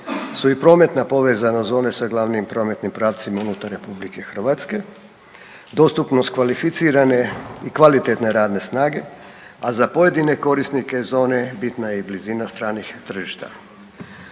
su i prometna povezanost zone sa glavnim prometnim pravcima unutar RH, dostupnost kvalificirane i kvalitetne radne snage, a za pojedine korisnike zone bitna je i blizina stranih tržišta.